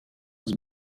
was